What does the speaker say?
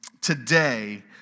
today